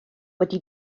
wedi